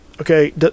Okay